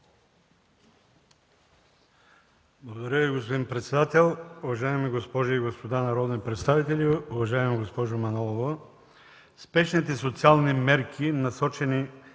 Благодаря Ви, господин председател. Уважаеми госпожи и господа народни представители, уважаема госпожо Манолова, спешните социални мерки, насочени